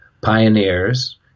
pioneers